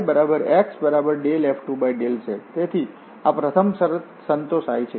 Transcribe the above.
તેથી આ પ્રથમ શરત સંતોષાય છે